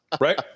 Right